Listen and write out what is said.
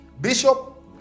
Bishop